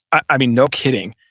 i mean, no kidding,